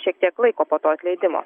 šiek tiek laiko po to atleidimo